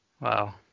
Wow